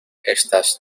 estas